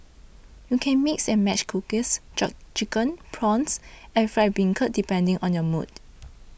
you can mix and match cockles churn chicken prawns and fried bean curd depending on your mood